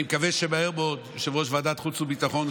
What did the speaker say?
אני מקווה שמהר מאוד יושב-ראש ועדת חוץ וביטחון,